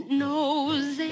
knows